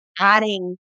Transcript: adding